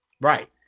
Right